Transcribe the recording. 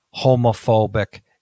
homophobic